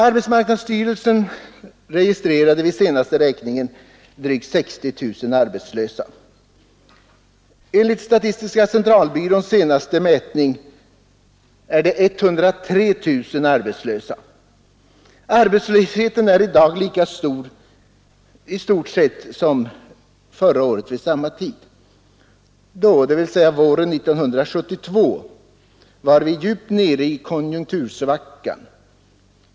Arbetsmarknadsstyrelsen registrerade vid senaste räkningen drygt 60 000 arbetslösa. Enligt statistiska centralbyråns senaste mätning är 103 000 människor arbetslösa. Arbetslösheten är i dag ungefär lika stor som förra året vid samma tid. Då — våren 1972 — var vi djupt nere i konjunktursvackan.